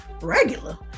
regular